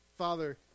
father